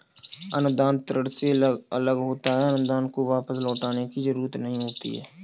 अनुदान ऋण से अलग होता है अनुदान को वापस लौटने की जरुरत नहीं होती है